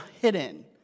hidden